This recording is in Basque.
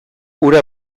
hura